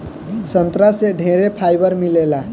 संतरा से ढेरे फाइबर मिलेला